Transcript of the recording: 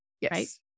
Yes